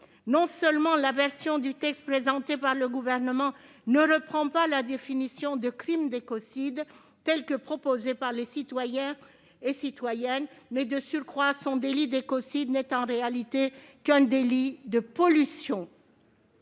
Non seulement la version du texte présentée par le Gouvernement ne reprend pas la définition du crime d'écocide proposée par les citoyens et citoyennes, mais, de surcroît, son délit d'écocide n'est en réalité qu'un délit de pollution.